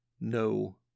No